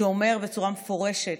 שאומר בצורה מפורשת,